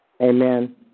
Amen